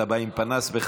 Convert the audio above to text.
אתה בא עם פנס בכוונה?